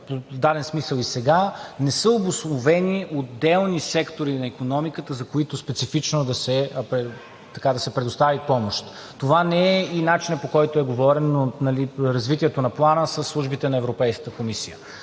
в даден смисъл и сега, не са обособени отделни сектори на икономиката, за които специфично да се предостави помощ. Това не е и начинът, по който е говорено – развитието на Плана със службите на Европейската комисия.